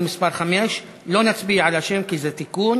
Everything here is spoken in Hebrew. מס' 5) לא נצביע על השם כי זה תיקון.